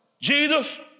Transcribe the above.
Jesus